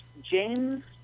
James